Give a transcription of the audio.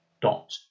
dot